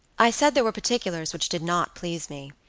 i said there were particulars which did not please me.